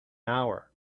hour